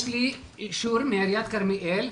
יש לי אישור מעיריית כרמיאל.